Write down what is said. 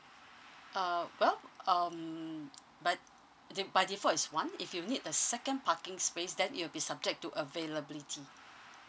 uh well um by de~ by default is one if you need a second parking space then it'll be subject to availability